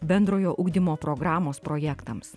bendrojo ugdymo programos projektams